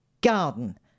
garden